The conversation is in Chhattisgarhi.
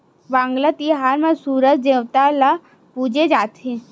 वांगला तिहार म सूरज देवता ल पूजे जाथे